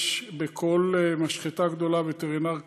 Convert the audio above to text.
יש בכל משחטה גדולה וטרינר קבוע.